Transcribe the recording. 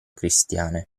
cristiane